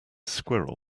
squirrel